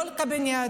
לא הקבינט,